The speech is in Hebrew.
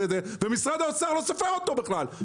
ומשרד האוצר לא סופר אותו בכלל,